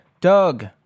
Doug